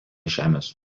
žemės